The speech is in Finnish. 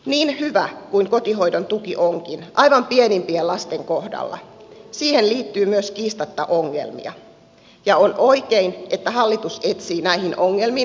niin hyvä kuin kotihoidon tuki onkin aivan pienimpien lasten kohdalla siihen liittyy myös kiistatta ongelmia ja on oikein että hallitus etsii näihin ongelmiin ratkaisuja